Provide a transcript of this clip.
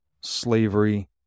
slavery